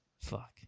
Fuck